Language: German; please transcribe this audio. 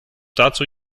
dazu